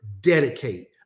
dedicate